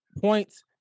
points